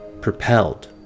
propelled